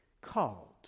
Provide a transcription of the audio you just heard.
Called